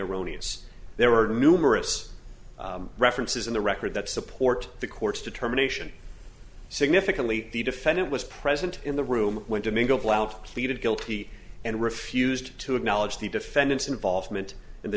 erroneous there were numerous references in the record that support the court's determination significantly the defendant was present in the room when domingo blount pleaded guilty and refused to acknowledge the defendant's involvement in the